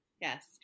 Yes